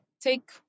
take